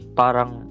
parang